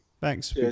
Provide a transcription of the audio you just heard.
Thanks